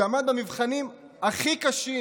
שעמד במבחנים הכי קשים